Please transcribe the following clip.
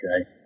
okay